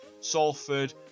Salford